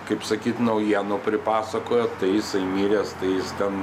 kaip sakyt naujienų pripasakojot tai jisai miręs tai jis ten